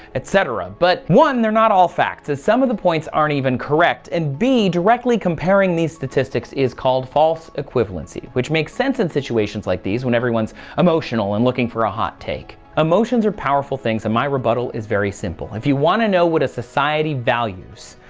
etc. but one they're not all facts as some of the points aren't even correct and be directly comparing these statistics is called false equivalency, which makes sense in situations like these when everyone's emotional and looking for a hot take. emotions are powerful things and my rebuttal is very simple. if you want to know what a society values,